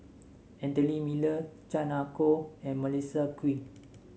Anthony Miller Chan Ah Kow and Melissa Kwee